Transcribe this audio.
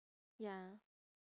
ya